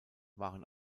waren